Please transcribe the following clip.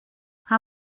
how